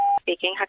speaking